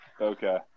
Okay